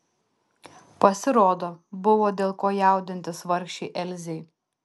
pasirodo buvo dėl ko jaudintis vargšei elzei